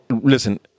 listen